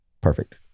perfect